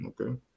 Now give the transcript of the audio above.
Okay